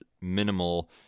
minimal